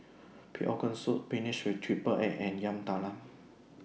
Pig'S Organ Soup Spinach with Triple Egg and Yam Talam